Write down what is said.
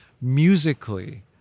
musically